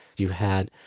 you had,